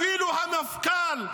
אפילו המפכ"ל,